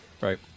Right